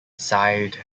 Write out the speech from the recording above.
sighed